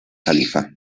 califa